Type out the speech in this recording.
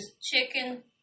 chicken